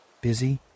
Busy